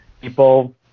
people